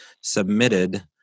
submitted